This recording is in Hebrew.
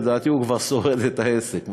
לדעתי הוא כבר שורד את העסק,